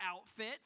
outfits